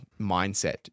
mindset